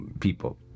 people